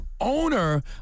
owner